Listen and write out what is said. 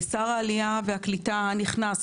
שר העלייה והקליטה הנכנס,